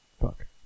fuck